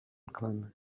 clan